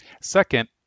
Second